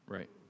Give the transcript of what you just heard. Right